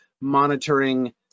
monitoring